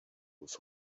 with